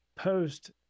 post